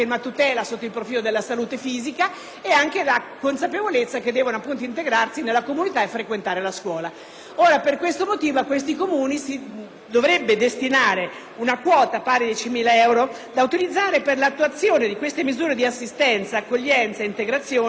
consapevolezza di doversi integrare nella comunità e frequentare la scuola. Per questo motivo a tali Comuni si vorrebbe destinare una quota pari a 10.000 euro per ciascun minore, da utilizzare per l'attuazione delle misure di assistenza, accoglienza, integrazione ed eventuale ricongiungimento con i rispettivi genitori.